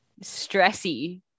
stressy